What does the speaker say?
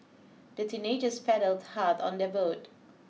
the teenagers paddled hard on their boat